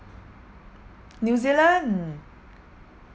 new zealand